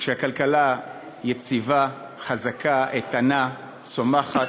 כשהכלכלה יציבה, חזקה, איתנה, צומחת.